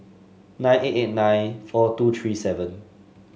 nine eight eight nine four two three seven